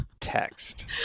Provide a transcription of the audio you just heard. text